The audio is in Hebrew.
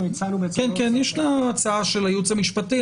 אנחנו הצענו --- יש הצעה של הייעוץ המשפטי,